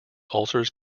ulcers